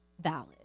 valid